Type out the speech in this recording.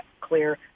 clear